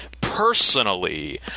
personally